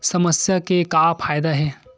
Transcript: समस्या के का फ़ायदा हे?